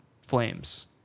flames